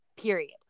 period